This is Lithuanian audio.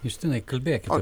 justinai kalbėkit